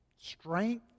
strength